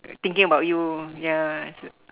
thinking about you ya